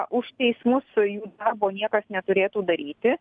už teismus jų darbo niekas neturėtų daryti